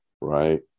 right